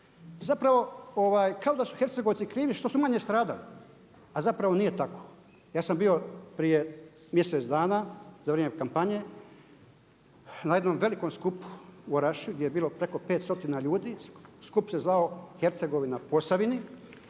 Zapravo kao da su Hercegovci krivi što su manje stradali, a zapravo nije tako. Ja sam bio prije mjesec dana za vrijeme kampanje na jednom velikom skupu u Orašju gdje je bilo preko 500 ljudi, skup se zvao „Hercegovina Posavini“